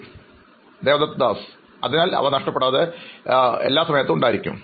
അഭിമുഖം സ്വീകരിക്കുന്നയാൾ അതിനാൽ അവൻ നഷ്ടപ്പെടാതെ എല്ലായ്പ്പോഴും ഉണ്ടായിരിക്കും